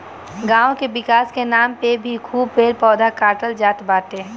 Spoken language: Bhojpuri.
गांव के विकास के नाम पे भी खूब पेड़ पौधा काटल जात बाटे